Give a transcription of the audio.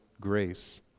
grace